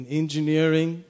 engineering